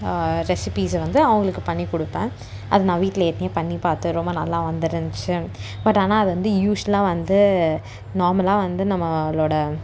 ரெசிப்பீஸ்ஸை வந்து அவங்களுக்கு பண்ணி கொடுப்பேன் அதை நான் வீட்டில் ஏற்கனவே பண்ணி பார்த்து ரொம்ப நல்லா வந்துருந்ச்சு பட் ஆனால் அது வந்து யூஷ்வலாக வந்து நார்மலாக வந்து நம்மளோட